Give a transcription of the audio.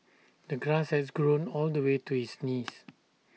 the grass has grown all the way to his knees